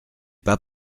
pas